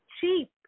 cheap